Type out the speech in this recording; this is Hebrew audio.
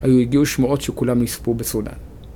הגיעו שמועות שכולם נספו בסודן.